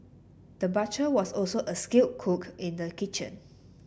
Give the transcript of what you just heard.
the butcher was also a skilled cook in the kitchen